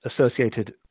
Associated